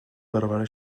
برآورده